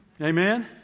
Amen